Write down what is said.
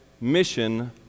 mission